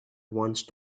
once